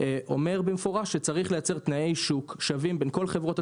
אומר במפורש שצריך לייצר תנאי שוק שווים בין כל חברות התעופה.